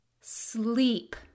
Sleep